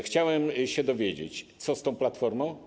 Chciałem się dowiedzieć: Co z tą platformą?